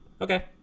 Okay